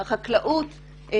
החקלאות,